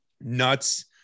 nuts